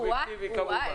סובייקטיבי כמובן.